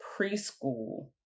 preschool